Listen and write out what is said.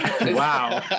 Wow